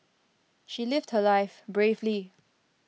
she lived her life bravely